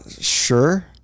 Sure